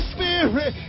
Spirit